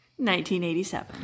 1987